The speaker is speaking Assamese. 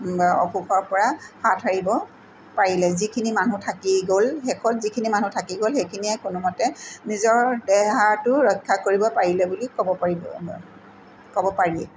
অসুখৰ পৰা হাত সাৰিব পাৰিলে যিখিনি মানুহ থাকি গ'ল শেষত যিখিনি মানুহ থাকি গ'ল সেইখিনিয়ে কোনোমতে নিজৰ দেহাটো ৰক্ষা কৰিব পাৰিলে বুলি ক'ব পাৰি ক'ব পাৰি